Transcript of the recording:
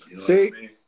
See